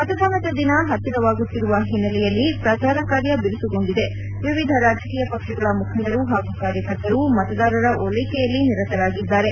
ಮತದಾನದ ದಿನ ಪತ್ತಿರವಾಗುತ್ತಿರುವ ಹಿನ್ನೆಲೆಯಲ್ಲಿ ಪ್ರಚಾರ ಕಾರ್ಯ ಬಿರುಸುಗೊಂಡಿದೆ ವಿವಿಧ ರಾಜಕೀಯ ಪಕ್ಷಗಳ ಮುಖಂಡರು ಹಾಗೂ ಕಾರ್ಯಕರ್ತರು ಮತದಾರರ ಓಲ್ಲೆಕೆಯಲ್ಲಿ ನಿರತರಾಗಿದ್ದಾರೆ